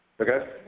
Okay